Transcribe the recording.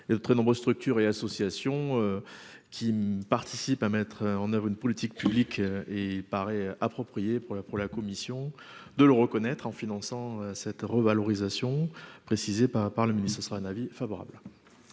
et très nombreuses structures et associations qui participent à mettre en oeuvre une politique publique et paraît approprié pour la, pour la commission de le reconnaître en finançant cette revalorisation précisé par par le ministre sera un avis favorable.